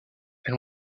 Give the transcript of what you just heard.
elle